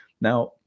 now